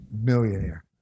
millionaire